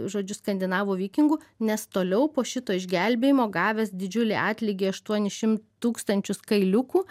žodžiu skandinavų vikingų nes toliau po šito išgelbėjimo gavęs didžiulį atlygį aštuonis šimtus tūkstančius kailiukų